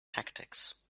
tactics